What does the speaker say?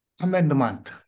commandment